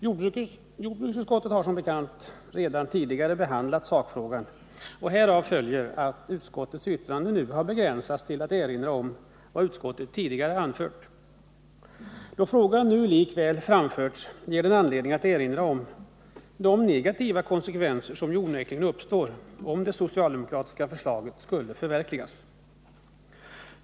Jordbruksutskottet har som bekant redan tidigare behandlat sakfrågan, och härav följer att utskottet i sitt yttrande nu har begränsat sig till att erinra om vad utskottet tidigare anfört. Då frågan nu likväl framförts ger det mig anledning att erinra om de negativa konsekvenser som ju onekligen uppstår, om det socialdemokratiska förslaget skulle förverkligas.